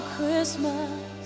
Christmas